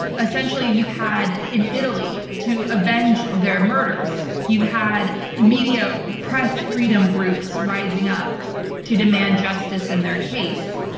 essentially you've had, in italy, to avenge their murders. you've had media, press, freedom groups, rising up to demand justice in their case,